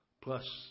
plus